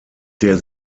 der